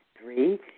Three